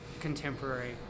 contemporary